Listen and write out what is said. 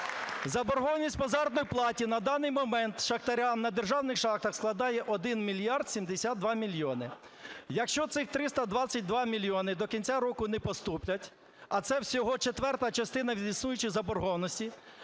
Заборгованість по заробітній платі на даний момент шахтарям на державних шахтах складає 1 мільярд 72 мільйони. Якщо цих 32 мільйони до кінця року не поступлять, а це всього четверта частина від існуючої заборгованості,